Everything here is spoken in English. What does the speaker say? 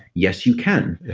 yes, you can.